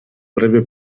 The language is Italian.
breve